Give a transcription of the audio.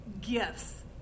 gifts